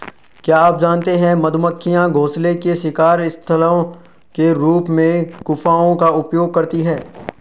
क्या आप जानते है मधुमक्खियां घोंसले के शिकार स्थलों के रूप में गुफाओं का उपयोग करती है?